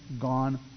gone